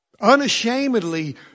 unashamedly